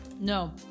no